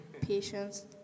Patience